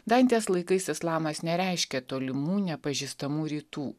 dantės laikais islamas nereiškė tolimų nepažįstamų rytų